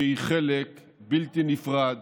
שהוא חלק בלתי נפרד